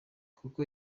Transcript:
kuko